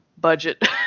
budget